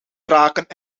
draken